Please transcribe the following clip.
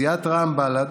סיעת רע"ם-בל"ד,